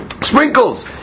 sprinkles